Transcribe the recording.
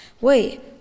Wait